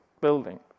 building